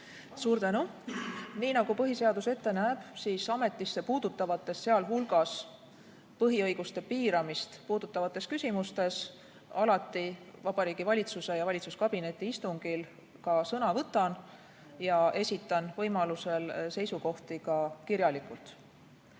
Suur tänu! Nii nagu põhiseadus ette näeb, siis ametit puudutavates, sh põhiõiguste piiramist puudutavates küsimustes ma alati Vabariigi Valitsuse ja valitsuskabineti istungil ka sõna võtan ja esitan võimaluse korral seisukohti ka kirjalikult.